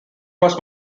was